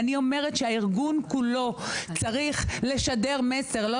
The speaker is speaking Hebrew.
הארגון כולו צריך לשדר מסר של אפס סבלנות,